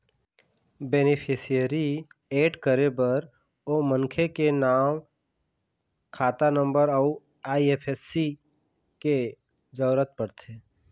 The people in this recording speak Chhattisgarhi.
बेनिफिसियरी एड करे बर ओ मनखे के नांव, खाता नंबर अउ आई.एफ.एस.सी के जरूरत परथे